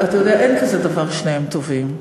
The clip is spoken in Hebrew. אתה יודע, אין כזה דבר "שניהם טובים".